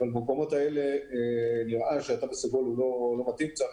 אבל בגני האירועים נראה שזה לא עוזר,